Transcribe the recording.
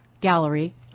Gallery